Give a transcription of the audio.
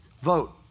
Vote